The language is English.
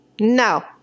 No